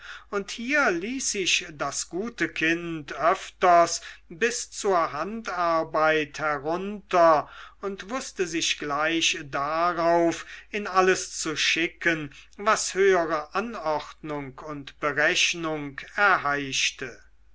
und hier ließ sich das gute kind öfters bis zur handarbeit herunter und wußte sich gleich darauf in alles zu schicken was höhere anordnung und berechnung erheischte